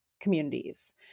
communities